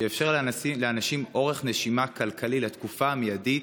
שיאפשר לאנשים אורך נשימה כלכלי בתקופה המיידית,